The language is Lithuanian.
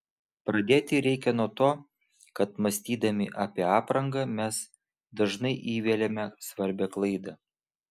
pradėti reikia nuo to kad mąstydami apie aprangą mes dažnai įveliame svarbią klaidą